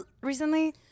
recently